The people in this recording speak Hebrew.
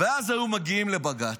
ואז היו מגיעים לבג"ץ,